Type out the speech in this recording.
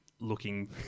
Looking